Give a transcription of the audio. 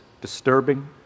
disturbing